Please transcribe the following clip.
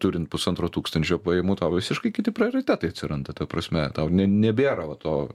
turint pusantro tūkstančio pajamų tau visiškai kiti prioritetai atsiranda ta prasme tau ne nebėra va to